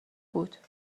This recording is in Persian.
بود